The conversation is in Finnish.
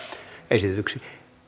esitetyksi